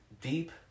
deep